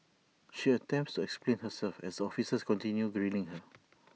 she attempts explain herself as officers continue grilling her